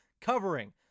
covering